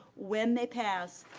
when they pass,